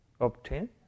obtain